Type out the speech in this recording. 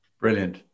brilliant